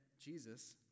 Jesus